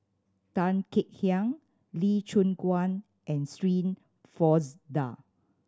Tan Kek Hiang Lee Choon Guan and Shirin Fozdar